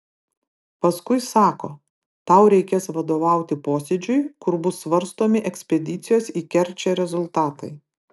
paskui sako tau reikės vadovauti posėdžiui kur bus svarstomi ekspedicijos į kerčę rezultatai